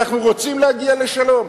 אנחנו רוצים להגיע לשלום.